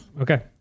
okay